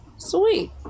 Sweet